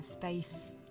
face